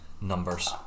numbers